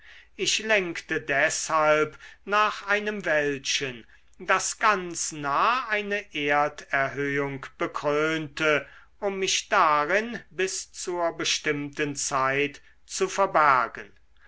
ich lenkte deshalb nach einem wäldchen das ganz nah eine erderhöhung bekrönte um mich darin bis zur bestimmten zeit zu verbergen